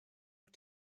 wyt